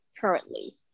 currently